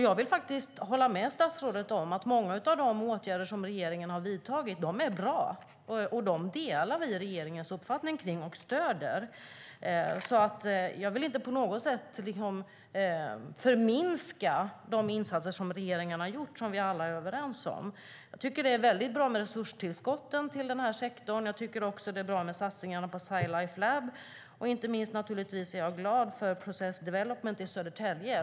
Jag vill faktiskt hålla med statsrådet om att många av de åtgärder som regeringen har vidtagit är bra. Vi delar regeringens uppfattning kring dem och stöder dem. Jag vill inte på något sätt förminska de insatser som regeringen har gjort och som vi alla är överens om. Jag tycker att det är väldigt bra med resurstillskotten till den här sektorn. Jag tycker att det är bra med satsningarna på Sci Life Lab. Och inte minst, naturligtvis, är jag glad för Process Development i Södertälje.